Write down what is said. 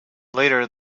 later